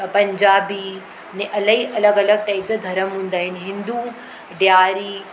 अ पंजाबी ने इलाही अलॻि अलॻि टाइप जा धर्म हूंदा आहिनि हिंदू ॾीआरी